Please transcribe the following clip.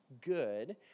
good